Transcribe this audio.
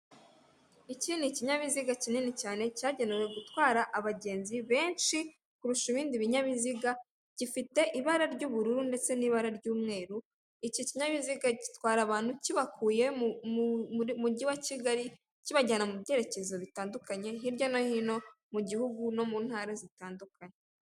Iki ni kinyabiziga kinini cyane cyagenewe gutwara abagenzi benshi kurusha ibindi binyabiziga, gifite ibara ry'ubururu ndetse n'ibara ry'umweru, iki kinyabiziga gitwara abantu kibakuye mu mujyi wa Kigali, kibajyana mu byerekezo bitandukanye hirya no hino mu gihugu no mu ntara zitandukanye.